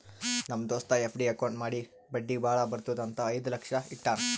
ನಮ್ ದೋಸ್ತ FD account ಮಾಡಿ ಬಡ್ಡಿ ಭಾಳ ಬರ್ತುದ್ ಅಂತ್ ಐಯ್ದ ಲಕ್ಷ ಇಟ್ಟಾನ್